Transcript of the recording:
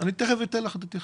תכף אתן לך להתייחס.